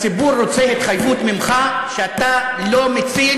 הציבור רוצה התחייבות ממך שאתה לא מציל